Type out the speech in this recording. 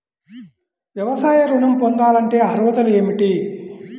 వ్యవసాయ ఋణం పొందాలంటే అర్హతలు ఏమిటి?